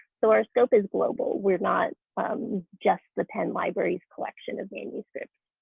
so our scope is global. we're not just the penn library's collection of manuscripts